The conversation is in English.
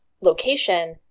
location